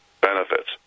benefits